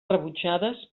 rebutjades